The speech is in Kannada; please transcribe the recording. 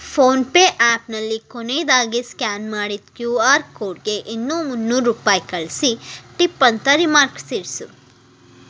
ಫೋನ್ಪೇ ಆ್ಯಪ್ನಲ್ಲಿ ಕೊನೆಯದಾಗಿ ಸ್ಕ್ಯಾನ್ ಮಾಡಿದ ಕ್ಯೂ ಆರ್ ಕೋಡ್ಗೆ ಇನ್ನೂ ಮುನ್ನೂರು ರೂಪಾಯಿ ಕಳಿಸಿ ಟಿಪ್ ಅಂತ ರಿಮಾರ್ಕ್ ಸೇರಿಸು